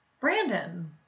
Brandon